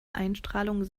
einstrahlung